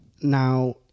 Now